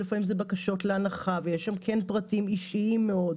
ולפעמים אלה בקשות להנחה ויש שם פרטים אישיים מאוד,